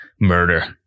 murder